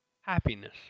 Happiness